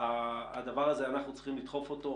את הדבר הזה אנחנו צריכים לדחוף.